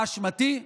מה אשמתי?